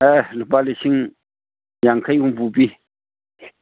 ꯑꯦ ꯂꯨꯄꯥ ꯂꯤꯁꯤꯡ ꯌꯥꯡꯈꯩ ꯍꯨꯝꯐꯨ ꯄꯤ